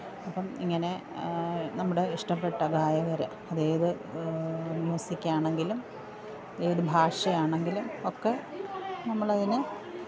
അപ്പോള് ഇങ്ങനെ നമ്മുടെ ഇഷ്ടപ്പെട്ട ഗായകര് അതേത് മ്യൂസിക്കാണെങ്കിലും ഏതു ഭാഷയാണെങ്കിലും ഒക്കെ നമ്മളതിനെ